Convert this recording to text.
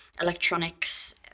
electronics